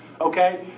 okay